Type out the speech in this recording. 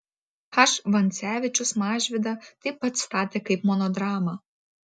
h vancevičius mažvydą taip pat statė kaip monodramą